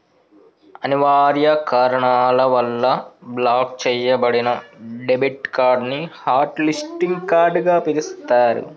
అనివార్య కారణాల వల్ల బ్లాక్ చెయ్యబడిన డెబిట్ కార్డ్ ని హాట్ లిస్టింగ్ కార్డ్ గా పిలుత్తరు